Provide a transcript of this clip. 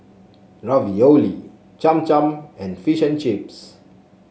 Ravioli Cham Cham and Fish and Chips